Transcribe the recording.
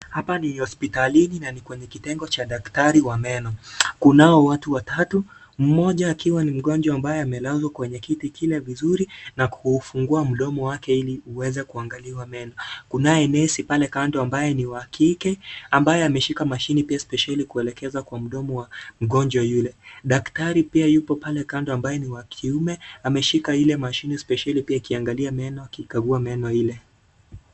Hapa ni hospitalini na ni kwenye kitengo cha daktari wa meno. Kunao watu watatu mmoja akiwa ni mgonjwa ambaye amelazwa kwenye kiti kile vizuri na kuufungua mdomo wake ili uweze kuangaliwa mema. Kunaye nesi pale kando ambaye ni wa kike ambaye ameshika mashini pia spesheli kuelekeza kwa mdomo wa mgonjwa yule. Daktari pia yuko pale kando ambaye ni wa kiume, ameshika ile mashine spesheli pia ikiangalia meno akiikagua meno ile.